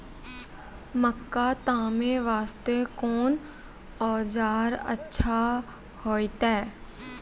मक्का तामे वास्ते कोंन औजार अच्छा होइतै?